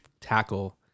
tackle